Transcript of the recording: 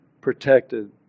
protected